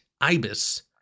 ibis